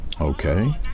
Okay